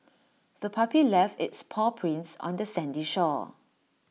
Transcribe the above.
the puppy left its paw prints on the sandy shore